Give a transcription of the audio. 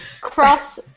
Cross